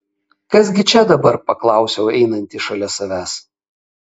kas gi čia dabar paklausiau einantį šalia savęs